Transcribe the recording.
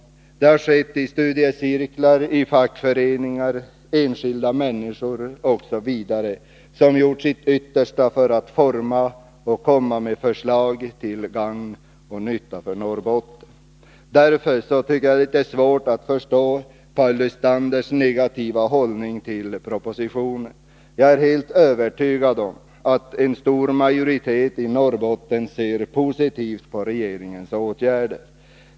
Arbetet har utförts av studiecirklar, fackföreningar, enskilda människor osv., som gjort sitt yttersta för att utforma förslag till gagn för Norrbotten. Därför är det litet svårt att förstå Paul Lestanders negativa inställning till propositionen. Jag är helt övertygad om att en stor majoritet i Norrbotten ser positivt på regeringens åtgärder.